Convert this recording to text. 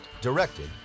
directed